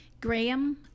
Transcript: Graham